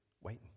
waiting